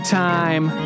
time